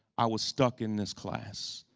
i was stuck in this class.